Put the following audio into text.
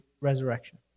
resurrection